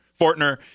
Fortner